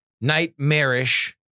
nightmarish